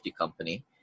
company